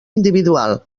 individual